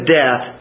death